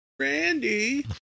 Randy